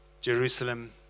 Jerusalem